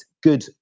good